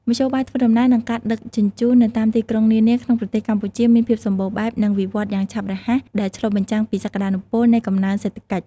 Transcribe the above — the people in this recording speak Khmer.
មធ្យោបាយធ្វើដំណើរ និងការដឹកជញ្ជូននៅតាមទីក្រុងនានាក្នុងប្រទេសកម្ពុជាមានភាពសម្បូរបែប និងវិវត្តន៍យ៉ាងឆាប់រហ័ស ដែលឆ្លុះបញ្ចាំងពីសក្ដានុពលនៃកំណើនសេដ្ឋកិច្ច។